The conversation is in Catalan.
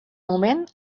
moment